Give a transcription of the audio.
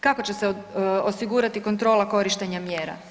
Kako će se osigurati kontrola korištenja mjera?